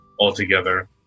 altogether